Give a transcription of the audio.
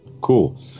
Cool